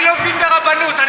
אני לא מזלזל ברבנות.